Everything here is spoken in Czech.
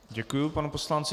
Děkuji panu poslanci.